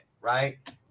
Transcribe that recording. right